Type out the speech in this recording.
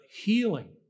healing